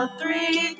three